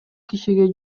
кишиге